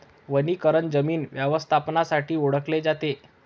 वनीकरण जमीन व्यवस्थापनासाठी ओळखले जाते